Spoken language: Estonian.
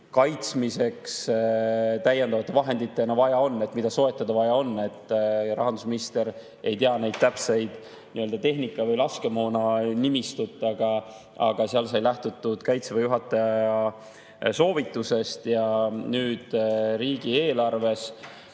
kaitsmiseks täiendavate vahenditena vaja on, mida soetada vaja on. Rahandusminister ei tea täpset tehnika- või laskemoonanimistut, aga seal sai lähtutud Kaitseväe juhataja soovitusest. Nüüd, riigieelarves